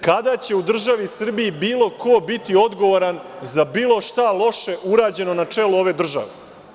Kada će u državi Srbiji bilo ko biti odgovoran za bilo šta loše urađeno na čelu ove države?